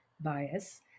bias